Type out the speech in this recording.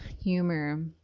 humor